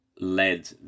led